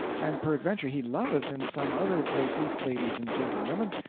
and peradventure he loveth in some other places ladies and gentlewomen,